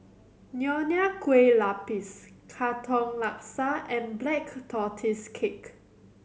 Nonya Kueh Lapis Katong Laksa and Black Tortoise Cake